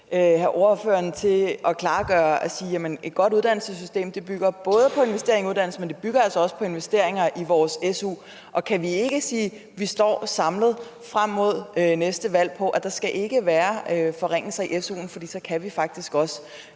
have ordføreren til at gøre det klart og sige, at et godt uddannelsessystem ikke kun bygger på investering i uddannelse, men også på investeringer i vores SU. Kan vi ikke sige, at vi står samlet frem mod næste valg på, at der ikke skal være forringelser i SU'en? For så kan vi faktisk også